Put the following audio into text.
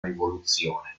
rivoluzione